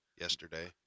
yesterday